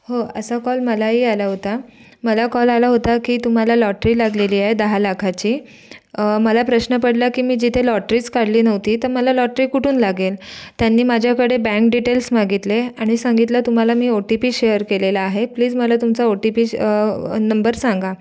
हो असा कॉल मलाही आला होता मला कॉल आला होता की तुम्हाला लॉटरी लागलेली आहे दहा लाखाची मला प्रश्न पडला की मी जिथे लॉटरीच काढली नव्हती तर मला लॉटरी कुठून लागेल त्यांनी माझ्याकडे बँक डीटेल्स मागितले आणि सांगितलं तुम्हाला मी ओ टी पी शेअर केलेला आहे प्लीज मला तुमचा ओ टी पी नंबर सांगा